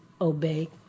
obey